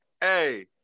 hey